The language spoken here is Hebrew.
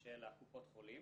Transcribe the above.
של קופות החולים.